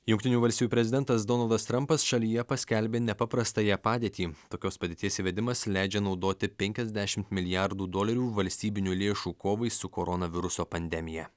jungtinių valstijų prezidentas donaldas trampas šalyje paskelbė nepaprastąją padėtį tokios padėties įvedimas leidžia naudoti penkiasdešimt milijardų dolerių valstybinių lėšų kovai su koronaviruso pandemija